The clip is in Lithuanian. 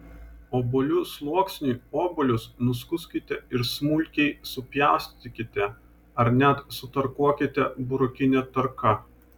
obuolių sluoksniui obuolius nuskuskite ir smulkiai supjaustykite ar net sutarkuokite burokine tarka